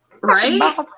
Right